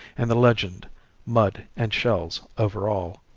and the legend mud and shells over all.